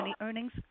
Earnings